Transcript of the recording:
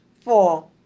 four